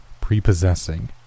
prepossessing